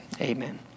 Amen